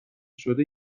شده